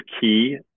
key